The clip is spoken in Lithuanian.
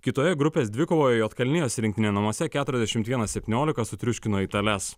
kitoje grupės dvikovoje juodkalnijos rinktinė namuose keturiasdešimt vienas septyniolika sutriuškino itales